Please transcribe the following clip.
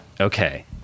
Okay